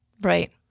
right